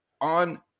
on